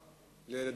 מפקחים,